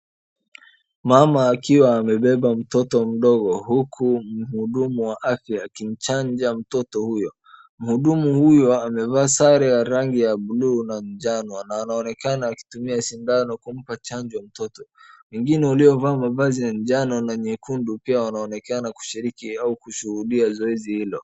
Mama akiwa amebeba mtoto mdogo huku mhudumu wa afya akimchanja mtoto huyo. Mhudumu huyo amevaa sare ya rangi ya blue na njano na anaonekana akitumia sindano kumpa chanjo mtoto. Wengine walivaa mavazi ya njano na nyekundu pia wanaonekana kushiriki au kushuhudia zoezi hilo.